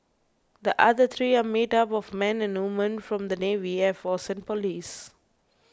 the other three are made up of men and women from the navy air force and police